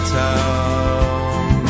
town